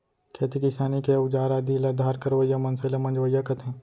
खेती किसानी के अउजार आदि ल धार करवइया मनसे ल मंजवइया कथें